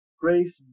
grace